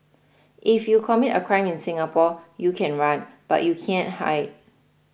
if you commit a crime in Singapore you can run but you can't hide